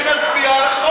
אבל למה לבזות?